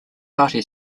party